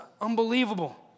unbelievable